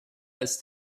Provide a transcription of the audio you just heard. ist